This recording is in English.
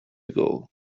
ago